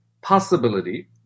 possibility